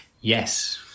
Yes